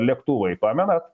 lėktuvai pamenat